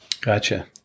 Gotcha